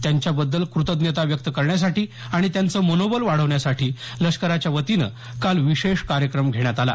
त्यांच्याबद्दल कृतज्ञता व्यक्त करण्यासाठी आणि त्यांचं मनोबल वाढवण्यासाठी लष्कराच्या वतीनं काल विशेष कार्यक्रम घेण्यात आला